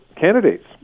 candidates